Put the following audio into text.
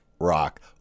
rock